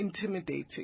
intimidating